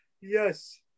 Yes